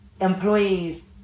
employees